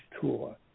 tour